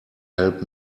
help